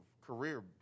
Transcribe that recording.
career